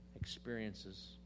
experiences